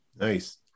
Nice